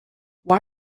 why